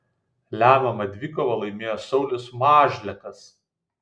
lemiamą dvikovą laimėjo saulius mažlekas